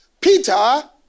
Peter